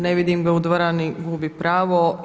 Ne vidim ga u dvorani, gubi pravo.